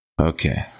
Okay